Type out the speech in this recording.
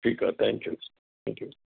ठीकु आहे thank you thank U